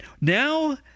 now